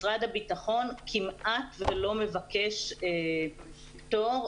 משרד הביטחון כמעט לא מבקש פטור,